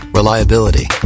reliability